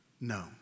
No